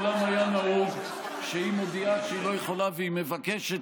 ומעולם היה נהוג שהיא מודיעה שהיא לא יכולה והיא מבקשת